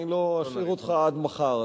אני לא אשאיר אותך עד מחר,